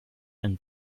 and